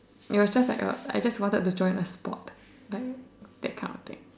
it was just like a I just wanted to join a sport like that kind of thing